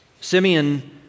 Simeon